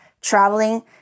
traveling